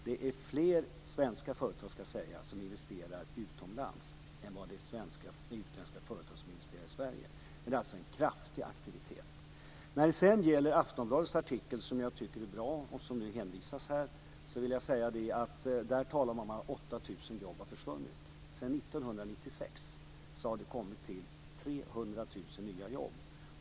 Det är fler svenska företag som investerar utomlands än utländska företag som investerar i Sverige - det ska sägas. Men det är alltså en kraftig aktivitet. Jag tycker att Aftonbladets artikel, som det hänvisas till här, är bra. Där talar man om att 8 000 jobb har försvunnit. Sedan 1996 har det kommit till 300 000 nya jobb.